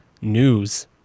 news